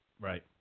Right